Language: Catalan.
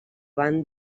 van